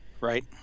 Right